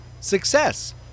Success